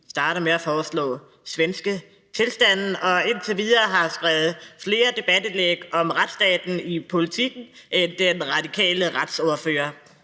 starter med at foreslå svenske tilstande og indtil videre har skrevet flere debatindlæg om retsstaten i Politiken end den radikale retsordfører.